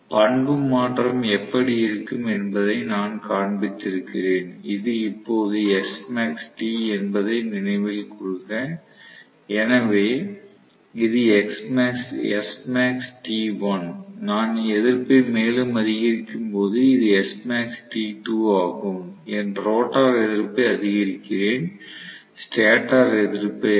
பண்பு மாற்றம் எப்படி இருக்கும் என்பதை நான் இப்போது காண்பிக்கிறேன் இது இப்போது SmaxT என்பதை நினைவில் கொள்க எனவே இது SmaxT1 நான் எதிர்ப்பை மேலும் அதிகரிக்கும் போது இது SmaxT2 ஆகும் நான் ரோட்டார் எதிர்ப்பை அதிகரிக்கிறேன் ஸ்டேட்டர் எதிர்ப்பை அல்ல